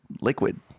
liquid